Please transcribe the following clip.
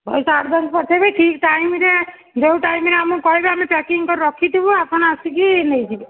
ପଇସା ଆଡଭାନ୍ସ ପଠାଇବେ ଠିକ୍ ଟାଇମ୍ ରେ ଯେଉଁ ଟାଇମ ରେ ଆମକୁ କହିବେ ଆମେ ପ୍ୟାକିଙ୍ଗ କରିକି ରଖିଥିବୁ ଆପଣ ଆସିକି ନେଇଯିବେ